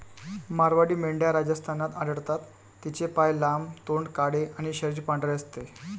मारवाडी मेंढ्या राजस्थानात आढळतात, तिचे पाय लांब, तोंड काळे आणि शरीर पांढरे असते